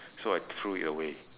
so I threw it away